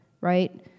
right